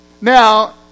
Now